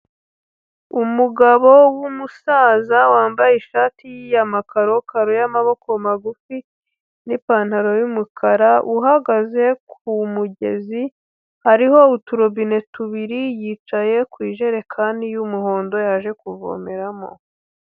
Umugabo w'umusaza wambaye ishati y'amakarokaro y'amaboko magufi n'ipantaro y'umukara, uhagaze ku mugezi, hariho uturobine tubiri, yicaye ku ijerekani y'umuhondo yaje kuvomeramo.